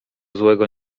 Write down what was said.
złego